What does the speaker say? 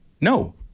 no